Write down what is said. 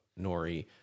nori